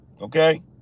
okay